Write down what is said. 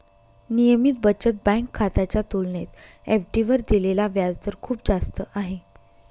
नियमित बचत बँक खात्याच्या तुलनेत एफ.डी वर दिलेला व्याजदर खूप जास्त आहे